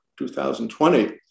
2020